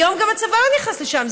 היום גם הצבא לא נכנס לשם,